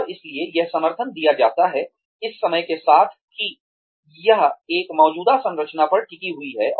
और इसलिए यह समर्थन दिया जाता है इस समझ के साथ कि यह एक मौजूदा संरचना पर टिकी हुई है